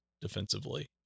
defensively